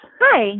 Hi